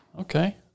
Okay